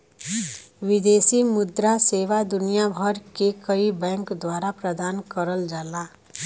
विदेशी मुद्रा सेवा दुनिया भर के कई बैंक द्वारा प्रदान करल जाला